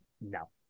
No